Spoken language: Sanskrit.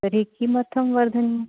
तर्हि किमर्थं वर्धनीयं